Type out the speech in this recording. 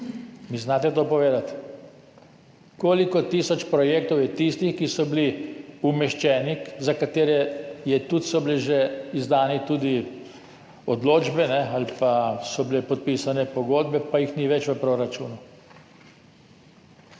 Mi znate to povedati? Koliko tisoč projektov je tistih, ki so bili umeščeni, za katere so bile že izdane odločbe ali pa so bile podpisane pogodbe, pa jih ni več v proračunu?